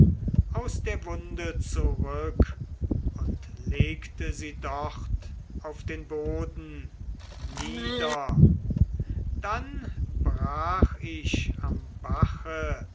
aus der wunde zurück und legte sie dort auf den boden nieder dann brach ich am bache